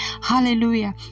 Hallelujah